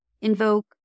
invoke